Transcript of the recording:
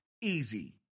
easy